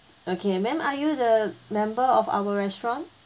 okay ma'am are you the member of our restaurant